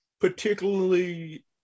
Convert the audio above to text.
particularly